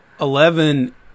Eleven